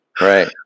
Right